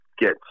get